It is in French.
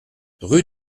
rue